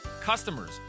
Customers